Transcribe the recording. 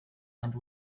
and